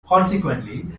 consequently